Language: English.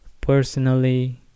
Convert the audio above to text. personally